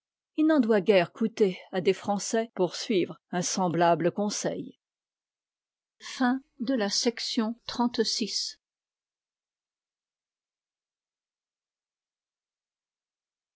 il n'en doit guère coûter à des français pour suivre un semb ab e conseil chapitre